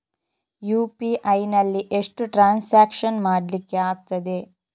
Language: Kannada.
ಯು.ಪಿ.ಐ ನಲ್ಲಿ ಎಷ್ಟು ಟ್ರಾನ್ಸಾಕ್ಷನ್ ಮಾಡ್ಲಿಕ್ಕೆ ಆಗ್ತದೆ?